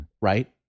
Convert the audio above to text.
Right